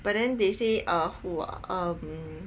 but then they say uh who are um